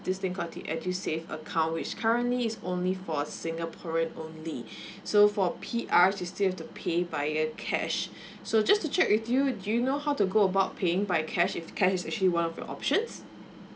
this thing call the edusave account which currently is only for a singaporean only so for P_R you still have to pay via cash so just to check with you do you know how to go about paying by cash if cash is actually one of your options